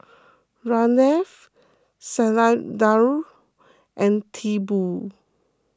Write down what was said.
Ramnath Satyendra and Tipu